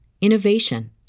innovation